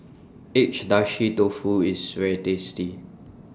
Agedashi Dofu IS very tasty